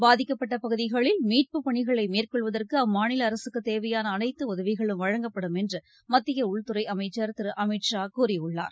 பாதிக்கப்பட்பகுதிகளில் மீட்புப்பணிகளைமேற்கொள்வதற்குஅம்மாநிலஅரசுக்குதேவையானஅனைத்துஉதவிகளும் வழங்கப்படும் என்றுமத்தியஉள்துறைஅமைச்சர் திருஅமித் ஷா கூறியுள்ளார்